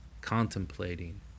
contemplating